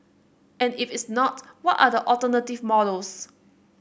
and if it's not what are the alternative models